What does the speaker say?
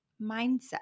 mindset